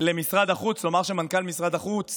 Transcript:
למשרד החוץ, כלומר שמנכ"ל משרד החוץ